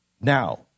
now